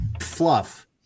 fluff